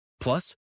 Plus